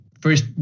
first